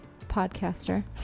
podcaster